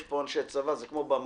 יש פה אנשי צבא: זה כמו במפה,